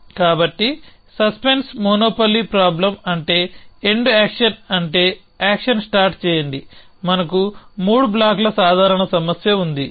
కాబట్టి suspense monopoly problem అంటే end action అంటే యాక్షన్ స్టార్ట్ చేయండి మనకు మూడు బ్లాక్ల సాధారణ సమస్య ఉంది